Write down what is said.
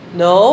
no